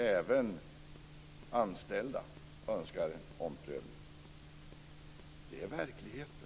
Även anställda önskar en omprövning. Detta är verkligheten.